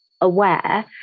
aware